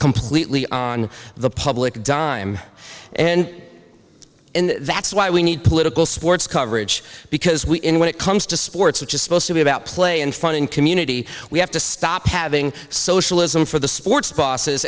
completely on the public dime and that's why we need political sports coverage because we in when it comes to sports which is supposed to be about play and fun in community we have to stop having socialism for the sports bosses